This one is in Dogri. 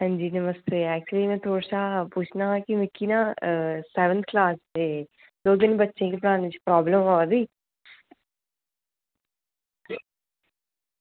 अंजी नमस्ते एक्चुअली में थुआढ़े कशा पुच्छना हा मिगी ना सैकेंड क्लॉस दे दौ तीन बच्चें गी पढ़ाने च प्रॉब्लम आवा दी